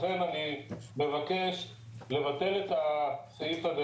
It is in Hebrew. לכן אני מבקש לבטל את הסעיף הזה,